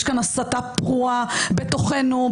יש כאן הסתה פרועה בתוכנו,